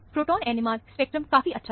proton NMR spectrum काफी अच्छा है